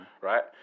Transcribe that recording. right